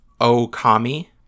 Okami